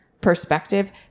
perspective